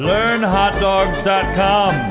Learnhotdogs.com